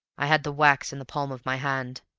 i had the wax in the palm of my hand,